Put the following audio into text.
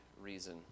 reason